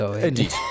Indeed